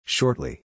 Shortly